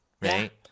right